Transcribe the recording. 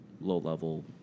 low-level